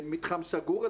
מתחם סגור,